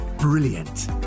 Brilliant